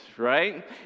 right